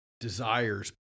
Desires